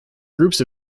groups